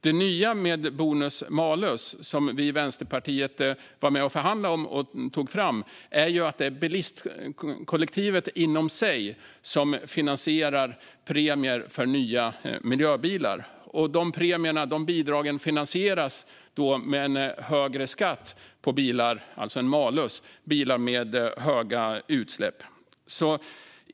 Det nya med bonus-malus, som vi i Vänsterpartiet var med och förhandlade om och tog fram, är att det är bilistkollektivet inom sig som finansierar premier för nya miljöbilar. De premierna, de bidragen, finansieras med en högre skatt, alltså en malus, på bilar med höga utsläpp.